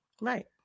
Right